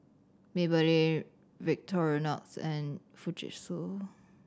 Maybelline Victorinox and Fujitsu